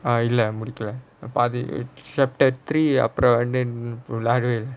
இல்ல முடிகளை பாதி:illa mudikalai paathi chapter three அப்புறம் வந்து விளையாடவே இல்ல:appuram vanthu vilaiyaadavae illa